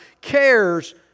cares